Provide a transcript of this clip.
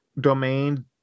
domain